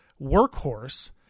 workhorse